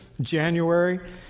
January